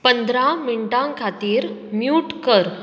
पंदरा मिण्टां खातीर म्युट कर